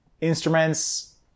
instruments